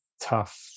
tough